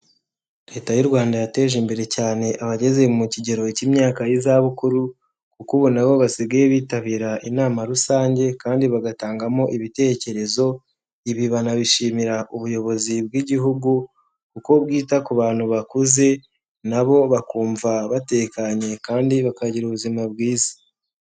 Leta y'u Rwanda yateje imbere cyane abageze mu kigero cy'imyaka y'izabukuru kuko ubu na bo basigaye bitabira inama rusange kandi bagatangamo ibitekerezo, ibi banabishimira ubuyobozi bw'igihugu kuko bwita ku bantu bakuze na bo bakumva batekanye kandi bakagira ubuzima bwiza.